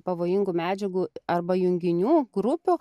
pavojingų medžiagų arba junginių grupių